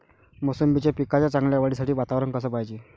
मोसंबीच्या पिकाच्या चांगल्या वाढीसाठी वातावरन कस पायजे?